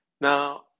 Now